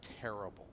terrible